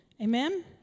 Amen